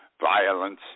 violence